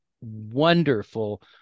wonderful